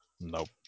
Nope